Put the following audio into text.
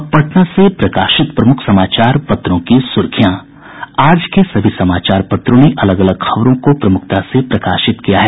अब पटना से प्रकाशित प्रमुख समाचार पत्रों की सुर्खियां आज के सभी समाचार पत्रों ने अलग अलग खबरों को प्रमुखता से प्रकाशित किया है